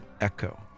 echo